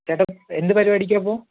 ചേട്ടാ എന്ത് പരിപാടിക്കാണ് ഇപ്പോൾ